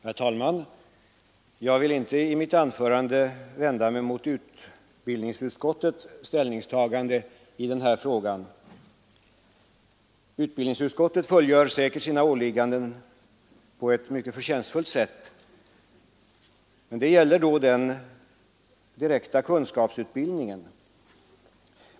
Herr talman! Jag vill inte i mitt anförande vända mig mot utbildningsutskottets ställningstagande i denna fråga. Utskottet fullgör säkert sina åligganden på ett mycket förtjänstfullt sätt. Detta gäller då den direkta kunskapsutbildningen.